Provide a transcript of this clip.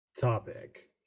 topic